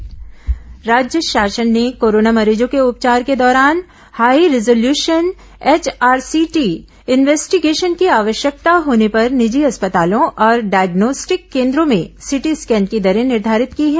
corona निर्देश राज्य शासन ने कोरोना मरीजों के उपचार के दौरान हाई रिजाल्यूशन एचआरसीटी इन्वेस्टिगेशन की आवश्यकता होने पर निजी अस्पतालों और डायग्नोस्टिक केन्द्रों में सीटी स्कैन की दरें निर्घारित की हैं